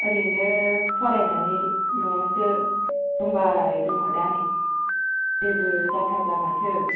ओरैनो फरायनानै नआवसो दंबाय दं दा नै जेबो जाथारला माथो